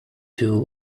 two